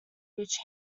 which